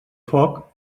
foc